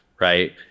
right